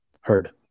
heard